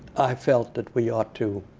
i felt that we ought to